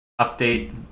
update